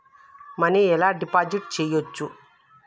Money ఎలా deposit చేయచ్చు?